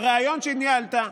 בריאיון שניהלת.